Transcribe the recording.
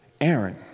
Aaron